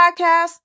podcast